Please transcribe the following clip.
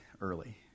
early